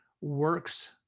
works